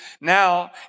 now